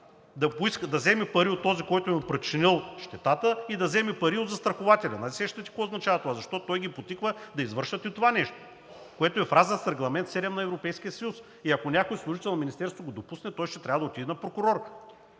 да вземе пари от този, който му е причинил щетата, и да вземе пари от застрахователя. Нали се сещате какво означава това? Защото той ги подтиква да извършват и това нещо, а то е в разрез с Регламент 2016/7 на Европейския съюз и ако някой служител от Министерството го допусне, ще трябва да отиде на прокурор.